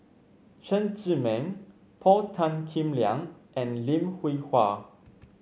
Chen Zhiming Paul Tan Kim Liang and Lim Hwee Hua